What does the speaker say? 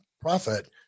profit